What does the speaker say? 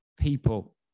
people